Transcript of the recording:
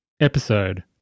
episode